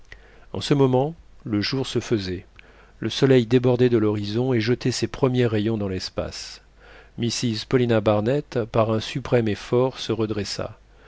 en ce moment le jour se faisait le soleil débordait de l'horizon et jetait ses premiers rayons dans l'espace mrs paulina barnett par un suprême effort se redressa